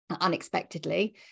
unexpectedly